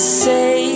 say